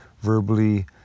verbally